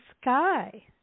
sky